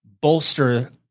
bolster